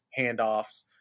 handoffs